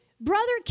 brother